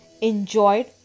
enjoyed